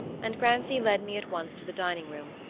and grancy led me at once to the dining-room,